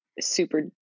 super